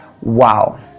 wow